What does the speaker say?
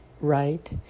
Right